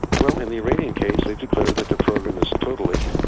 well in the iranian case they declared that the program is totally,